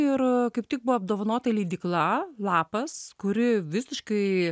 ir a kaip tik buvo apdovanota leidykla lapas kuri visiškai